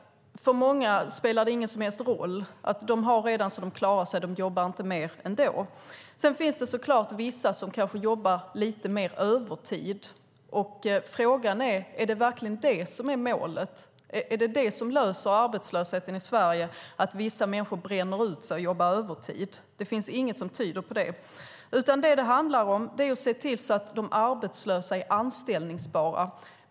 För många spelar det ingen som helst roll; de har redan så de klarar sig och jobbar inte mer ändå. Sedan finns det så klart vissa som kanske jobbar lite mer övertid, och frågan är om det verkligen är det som är målet. Är det vad som löser arbetslösheten i Sverige, att vissa människor bränner ut sig och jobbar övertid? Det finns ingenting som tyder på det. Vad det handlar om är i stället att se till att de arbetslösa är anställningsbara.